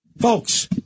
folks